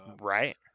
Right